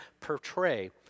portray